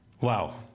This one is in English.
Wow